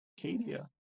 Cadia